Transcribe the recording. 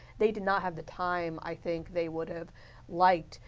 they did not have the time, i think they would have liked,